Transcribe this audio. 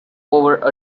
over